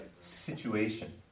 situation